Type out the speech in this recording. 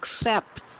accept